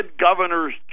Governors